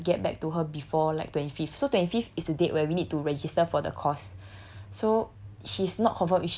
but they said they tried to get back to her before like twenty fifth so twenty fifth is the date where we need to register for the course so